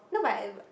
not whatever